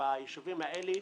וביישובים האלה,